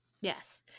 yes